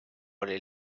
oli